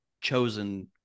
chosen